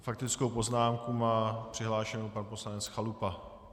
Faktickou poznámku má přihlášenu pan poslanec Chalupa.